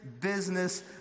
business